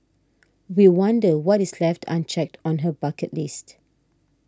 we wonder what is left unchecked on her bucket list